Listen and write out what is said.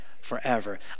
forever